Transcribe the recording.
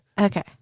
Okay